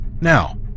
Now